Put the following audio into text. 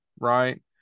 right